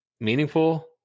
meaningful